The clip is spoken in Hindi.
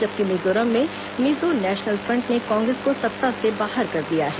जबकि मिजोरम में मिजो नेशनल फ्रंट ने कांग्रेस को सत्ता से बाहर कर दिया है